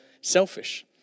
selfish